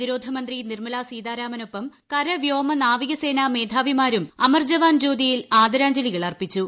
പ്രതിരോധ മന്ത്രി നിർമ്മല സീതാരാമനൊപ്പം കര വ്യോമ നാവിക സേനാ മേധാവിമാരും അമർ ജവാൻ ജ്യോതിയിൽ ആദരാഞ്ജല്ലികൾ അർപ്പിച്ചു